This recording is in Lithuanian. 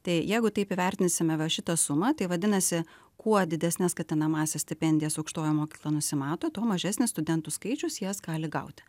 tai jeigu taip įvertinsime va šitą sumą tai vadinasi kuo didesnes skatinamąsias stipendijas aukštoji mokykla nusimato tuo mažesnis studentų skaičius jas gali gauti